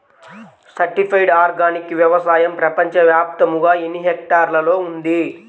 Certified organic వ్యవసాయం ప్రపంచ వ్యాప్తముగా ఎన్నిహెక్టర్లలో ఉంది?